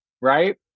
right